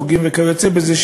חוגים וכיוצא בזה.